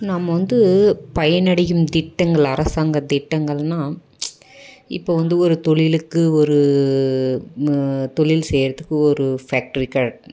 நம்ம வந்து பயனடையும் திட்டங்கள் அரசாங்கத் திட்டங்கள்னா இப்போது வந்து ஒரு தொழிலுக்கு ஒரு தொழில் செய்கிறதுக்கு ஒரு ஃபேக்ட்ரி கட்